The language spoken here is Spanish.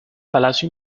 palacio